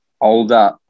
older